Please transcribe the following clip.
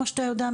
כמו שאתה יודע,